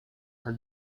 her